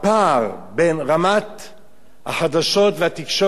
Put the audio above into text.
החדשות והתקשורת, באמת, כולנו רוצים לשמוע חדשות,